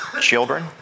children